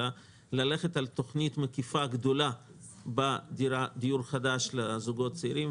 אלא ללכת על תוכנית מקיפה גדולה בדיור חדש לזוגות צעירים,